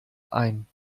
ein